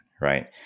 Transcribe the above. Right